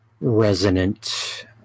resonant